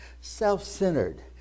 self-centered